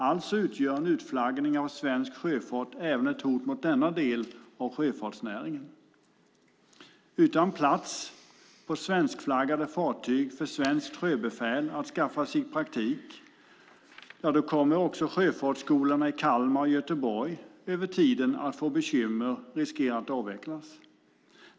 Alltså utgör en utflaggning av svensk sjöfart även ett hot mot denna del av sjöfartsnäringen. Utan plats för svenskflaggade fartyg för svenskt sjöbefäl att skaffa sig praktik kommer sjöfartskolorna i Kalmar och Göteborg över tiden att få bekymmer och riskera att avvecklas.